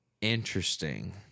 interesting